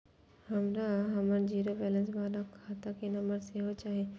हमरा हमर zero balance बाला खाता के नम्बर सेहो चाही